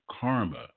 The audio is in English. karma